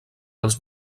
els